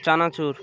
চানাচুর